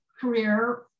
career